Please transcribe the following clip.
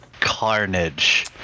carnage